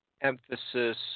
emphasis